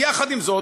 יחד עם זאת,